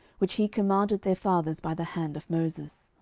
which he commanded their fathers by the hand of moses.